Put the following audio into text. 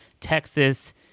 Texas